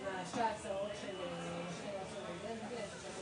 אני חושב